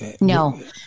No